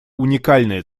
уникальная